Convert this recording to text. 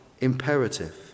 imperative